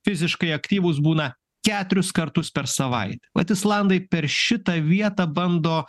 fiziškai aktyvūs būna keturis kartus per savaitę vat islandai per šitą vietą bando